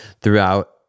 throughout